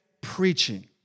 preaching